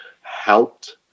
helped